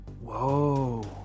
Whoa